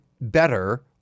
better